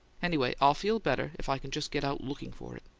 anyway, i'll feel better if i can just get out looking for it.